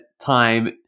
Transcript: time